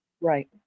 Right